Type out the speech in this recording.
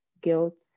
guilt